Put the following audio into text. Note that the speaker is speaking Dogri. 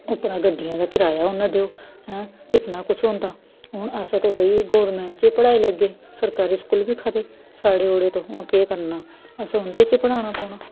उप्परा गड्डियां गै कराया उन्नै देओ ऐं किन्ना कुछ होंदा हून असें ते भई गौरमेंट च पढ़ाई लैगे सरकारी स्कूल बी खरे साढ़े ओड़े ते हून केह् करना असें उं'दे च पढ़ाना पौना